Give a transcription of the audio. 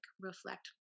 reflect